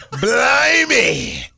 Blimey